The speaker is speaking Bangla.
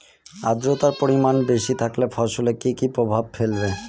আদ্রর্তার পরিমান বেশি থাকলে ফসলে কি কি প্রভাব ফেলবে?